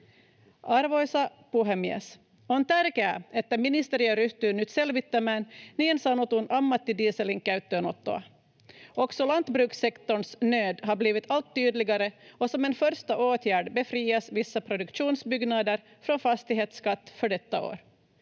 Arvoisa puhemies! On tärkeää, että ministeriö ryhtyy nyt selvittämään niin sanotun ammattidieselin käyttöönottoa. Också lantbrukssektorns nöd har blivit allt tydligare och som en första åtgärd befrias vissa produktionsbyggnader från fastighetsskatt för detta år.